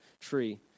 tree